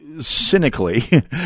cynically